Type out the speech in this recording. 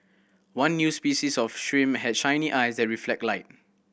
one new species of shrimp had shiny eyes that reflect light